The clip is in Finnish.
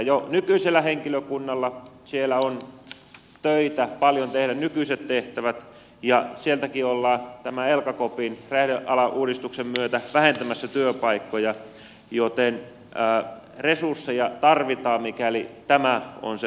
jo nykyisellä henkilökunnalla siellä on töitä paljon tehdä nykyiset tehtävät ja sieltäkin ollaan tämä elkakopin räjähdealauudistuksen myötä vähentämässä työpaikkoja joten resursseja tarvitaan mikäli tämä on se paikka